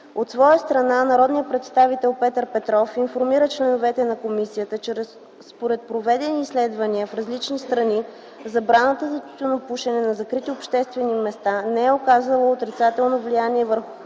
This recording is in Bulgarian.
От своя страна народният представител Петър Петров информира членовете на Комисията, че според проведени изследвания в различни страни забраната за тютюнопушене на закрити обществени места не е оказала отрицателно влияние върху